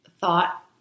thought